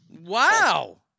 Wow